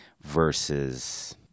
versus